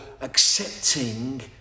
accepting